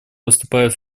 выступает